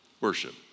worship